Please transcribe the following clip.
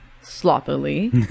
sloppily